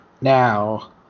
now